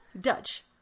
Dutch